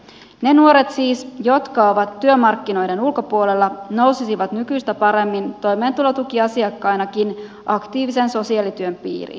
siis ne nuoret jotka ovat työmarkkinoiden ulkopuolella nousisivat nykyistä paremmin toimeentulotukiasiakkainakin aktiivisen sosiaalityön piiriin